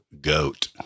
goat